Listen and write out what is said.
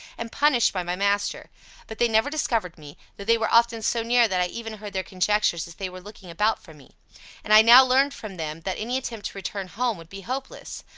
and punished by my master but they never discovered me, though they were often so near that i even heard their conjectures as they were looking about for me and i now learned from them, that any attempt to return home would be hopeless.